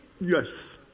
Yes